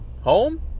home